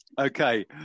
okay